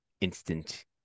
instant